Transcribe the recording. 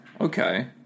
Okay